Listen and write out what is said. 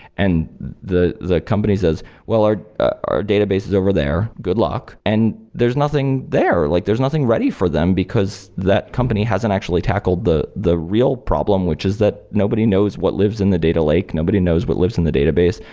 and the the company says, well, our our database is over there. good luck. and there's nothing there. like there's nothing ready for them, because that company hasn't actually tackled the the real problem, which is that nobody knows what lives in the data lake, nobody knows what lives in the database,